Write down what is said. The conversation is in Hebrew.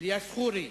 אליאס ח'ורי,